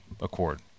accord